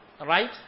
right